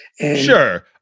Sure